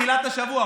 תחילת השבוע,